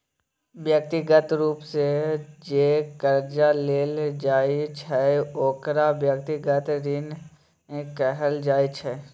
व्यक्तिगत रूप सँ जे करजा लेल जाइ छै ओकरा व्यक्तिगत ऋण कहल जाइ छै